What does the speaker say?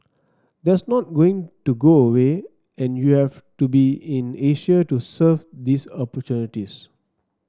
that's not going to go away and you have to be in Asia to serve these opportunities